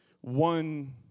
One